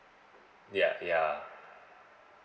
yeah yeah